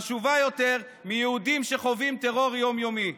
חשובה יותר מיהודים שחווים טרור יום-יומי.